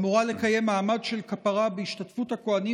האמורה לקיים מעמד של כפרה בהשתתפות הכוהנים